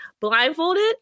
blindfolded